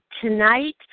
tonight